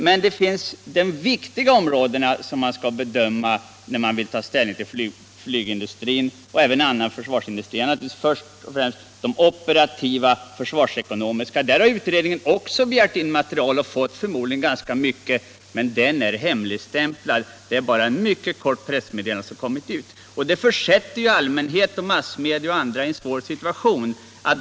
Men de viktiga områden man har att bedöma när man skall ta ställning till flygindustrin och även till annan försvarsindustri är naturligtvis först och främst de operativa och de försvarsekonomiska. Också i de avseendena har försvarsutredningen begärt in och förmodligen fått ganska mycket material, men det är hemligstämplat. Det är bara ett mycket kort pressmeddelande som kommit ut. Denna omständighet försätter allmänhet, massmedia och andra i en svår situation.